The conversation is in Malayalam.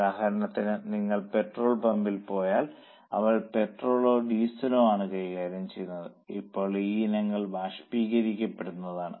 ഉദാഹരണത്തിന് നിങ്ങൾ പെട്രോൾ പമ്പിൽ പോയാൽ അവർ പെട്രോളോ ഡീസലോ ആണ് കൈകാര്യം ചെയ്യുന്നത് ഇപ്പോൾ ഈ ഇനങ്ങൾ ബാഷ്പീകരിക്കപ്പെടാവുന്നതാണ്